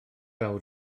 awr